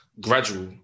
gradual